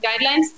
guidelines